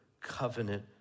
covenant